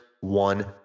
one